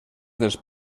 dels